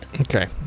Okay